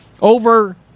over